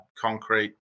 concrete